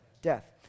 death